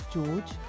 George